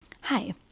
Hi